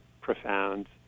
profound